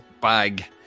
bag